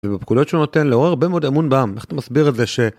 ובפקודות שהוא נותן, אני רואה הרבה מאוד אמון בעם. איך אתה מסביר את זה ש...